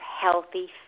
healthy